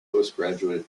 postgraduate